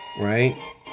Right